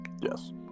Yes